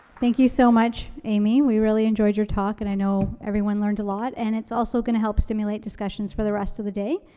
thank you so much, amy. we really enjoyed your talk, and i know everyone learned a lot. and it's also gonna help stimulate discussions for the rest of the day.